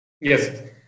Yes